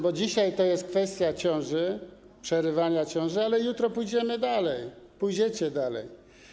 Bo dzisiaj to jest kwestia ciąży, przerywania ciąży, ale jutro pójdziemy dalej, pójdziecie dalej.